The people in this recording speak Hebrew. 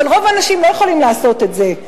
אבל רוב האנשים לא יכולים לעשות את זה,